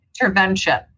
intervention